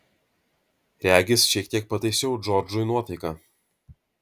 regis šiek tiek pataisiau džordžui nuotaiką